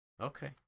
Okay